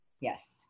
yes